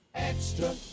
Extra